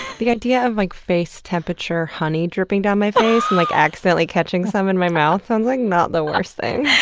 the idea of like face-temperature honey dripping down my face and like accidentally catching some in my mouth sounds like not the worst thing.